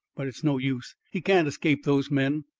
but it's no use he can't escape those men.